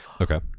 Okay